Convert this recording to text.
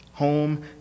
Home